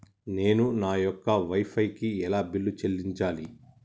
నేను నా యొక్క వై ఫై కి ఎలా బిల్లు చెల్లించాలి?